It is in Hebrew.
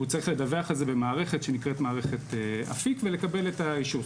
הוא צריך לדווח על זה במערכת שנקראת מערכת אפיק ולקבל את האישור.